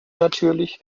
natürlich